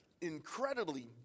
incredibly